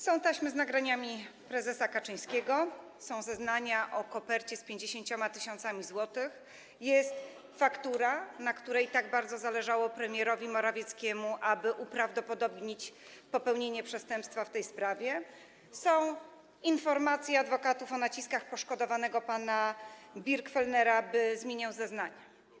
Są taśmy z nagraniami prezesa Kaczyńskiego, są zeznania o kopercie z 50 tys. zł, jest faktura, na której tak bardzo zależało premierowi Morawieckiemu, aby uprawdopodobnić popełnienie przestępstwa w tej sprawie, są informacje adwokatów o naciskach na poszkodowanego pana Birgfellnera, by zmienił zeznanie.